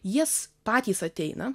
jie patys ateina